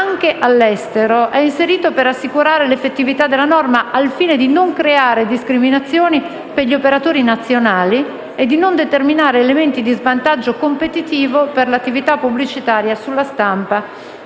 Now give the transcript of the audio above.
«anche all'estero» è inserito per assicurare l'effettività della norma, al fine di non creare discriminazioni per gli operatori nazionali e di non determinare elementi di svantaggio competitivo per l'attività pubblicitaria sulla stampa